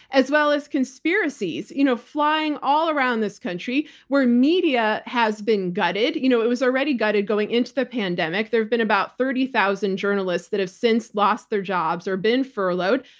as well as conspiracies you know flying all around this country, where media has been gutted. you know it was already gutted going into the pandemic. there have been about thirty thousand journalists that have since lost their jobs or been furloughed.